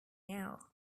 now